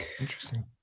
interesting